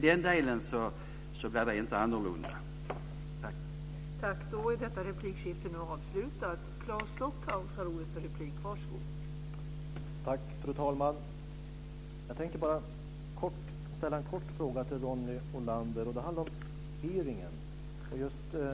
Det blir inte annorlunda i den delen.